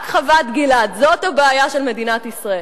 רק חוות-גלעד, זאת הבעיה של מדינת ישראל.